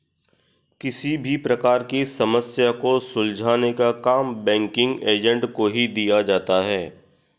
किसी भी प्रकार की समस्या को सुलझाने का काम बैंकिंग एजेंट को ही दिया जाता है